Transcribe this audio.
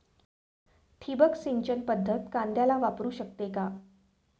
ठिबक सिंचन पद्धत कांद्याला वापरू शकते का?